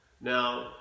Now